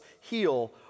heal